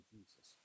Jesus